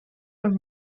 von